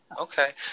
Okay